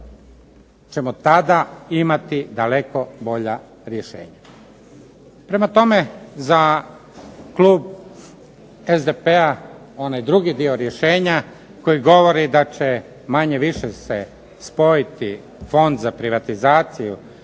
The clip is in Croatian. ćemo tada imati daleko bolja rješenja. Prema tome, za klub SDP-a onaj drugi dio rješenja koji govori da će se manje-više spojiti Fond za privatizaciju